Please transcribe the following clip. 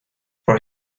for